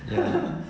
ya